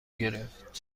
گرفت